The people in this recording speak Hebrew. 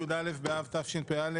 י"א באב תשפ"א,